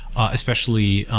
especially